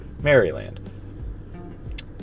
Maryland